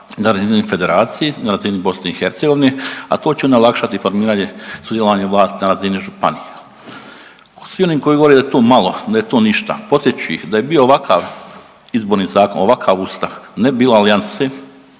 na razini federacije, na razini BiH, a to će onda olakšati formiranje sudjelovanje u vlasti na razini županije. Svi oni koji govore da je to malo, da je to ništa podsjetit ću ih da je bio ovakav izborni zakon, ovakav ustav ne bi bilo alijanse